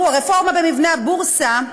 תראו: הרפורמה במבנה הבורסה,